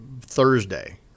Thursday